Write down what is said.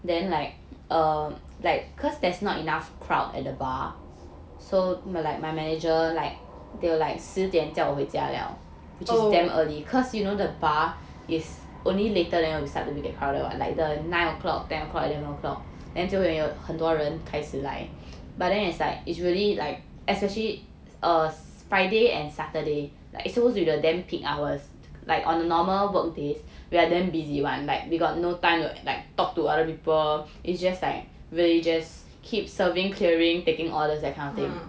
oh mm